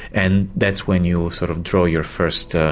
and that's when you sort of draw your first, ah